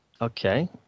Okay